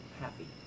happy